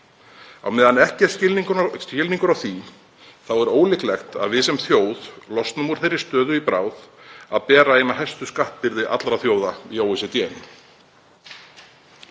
Á meðan ekki er skilningur á því er ólíklegt að við sem þjóð losnum úr þeirri stöðu í bráð að bera eina hæstu skattbyrði allra þjóða í OECD.